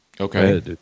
Okay